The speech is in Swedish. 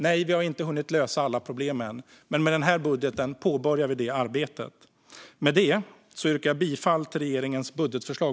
Nej, vi har inte hunnit lösa alla problem än, men med den här budgeten påbörjar vi det arbetet. Med det yrkar jag bifall till utskottets förslag.